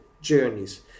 journeys